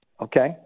Okay